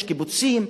יש קיבוצים,